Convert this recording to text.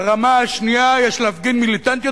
ברמה השנייה יש להפגין מיליטנטיות